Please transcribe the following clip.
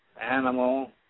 animal